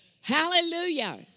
Hallelujah